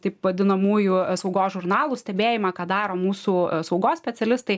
taip vadinamųjų saugos žurnalų stebėjimą ką daro mūsų saugos specialistai